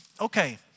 okay